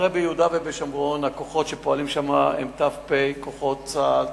הרי ביהודה ובשומרון הכוחות שפועלים שם הם ת"פ כוחות צה"ל,